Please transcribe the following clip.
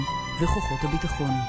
גדעון?